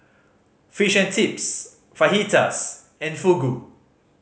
Fish and Chips Fajitas and Fugu